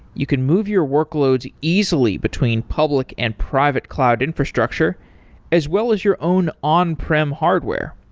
you can move your workloads easily between public and private cloud infrastructure as well as your own on-prim hardware.